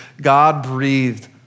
God-breathed